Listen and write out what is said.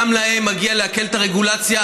גם להם מגיע הקלה ברגולציה.